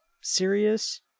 serious